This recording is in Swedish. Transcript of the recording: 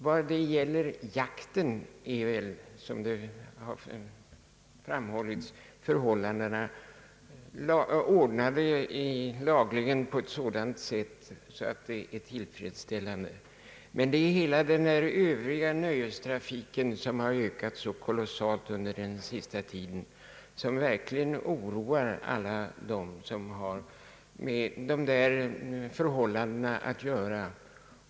Vad beträffar jakten är väl, som det har framhållits, lagstiftningen ordnad på ett tillfredsställande sätt, men det är den övriga nöjestrafiken, vilken har ökat så kolossalt under den senaste tiden, som verkligen oroar alla dem som har med dessa förhållanden att göra.